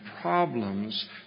problems